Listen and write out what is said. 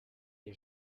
les